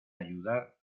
ayudar